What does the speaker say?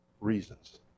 reasons